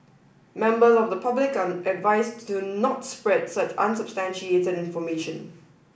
members of the public are advised to not to spread such unsubstantiated information